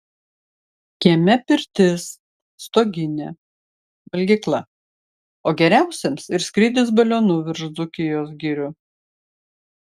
kieme pirtis stoginė valgykla o geriausiems ir skrydis balionu virš dzūkijos girių